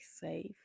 safe